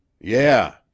Yeah